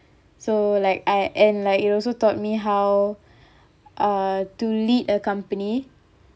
so like I and like it also taught me how uh to lead a company